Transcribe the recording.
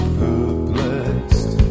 perplexed